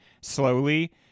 slowly